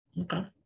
Okay